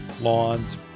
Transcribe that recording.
lawns